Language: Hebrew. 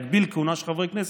להגביל כהונה של חברי כנסת,